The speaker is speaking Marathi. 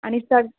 आणि सग